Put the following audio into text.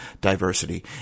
diversity